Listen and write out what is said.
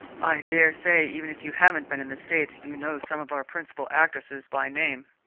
i dare say, even if you haven't been in the states, you know some of our principal actresses by name.